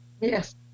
Yes